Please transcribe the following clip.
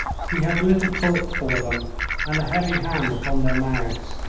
he had little thought for them and a heavy hand upon their mouths.